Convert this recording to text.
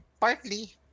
partly